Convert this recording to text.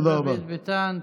תודה רבה לדוד ביטן.